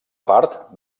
part